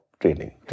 training